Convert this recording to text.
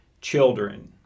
children